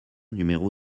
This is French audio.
numéro